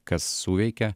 kas suveikė